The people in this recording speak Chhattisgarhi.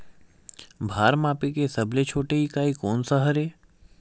भार मापे के सबले छोटे इकाई कोन सा हरे?